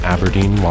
Aberdeen